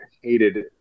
hated